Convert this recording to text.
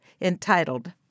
entitled